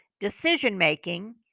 Decision-making